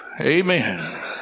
Amen